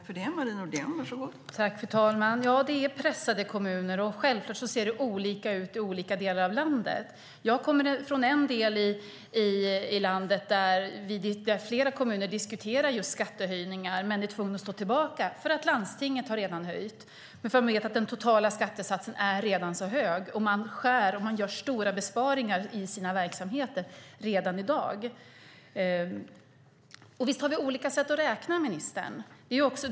Fru talman! Ja, kommuner är pressade, och självklart ser det olika ut i olika delar av landet. Jag kommer från en del av landet där flera kommuner diskuterar just skattehöjningar men är tvungna att stå tillbaka därför att landstinget redan har höjt. Det gör att den totala skattesatsen redan är hög, och man skär och gör stora besparingar i sina verksamheter redan i dag. Visst har vi olika sätt att räkna, ministern.